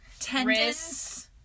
tendons